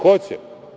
Hoće.